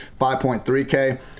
5.3K